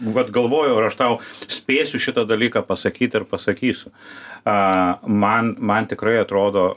vat galvojau ir aš tau spėsiu šitą dalyką pasakyt ir pasakysiu a man man tikrai atrodo